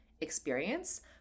experience